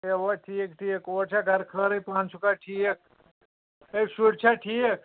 ے اواہ ٹھیک ٹھیک اور چھا گَھرٕ خٲرٕے پانہ چُھکھا ٹھیک ہے شُرۍ چھا ٹھیک